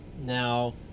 Now